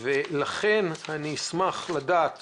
לכן, אני אשמח לדעת